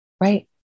Right